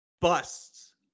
Busts